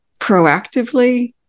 proactively